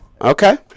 Okay